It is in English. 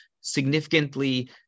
significantly